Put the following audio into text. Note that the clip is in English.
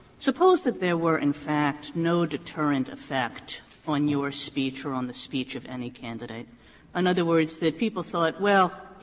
suppose that there were, in fact, no deterrent effect on your speech or on the speech of any candidate in other words, that people thought, well,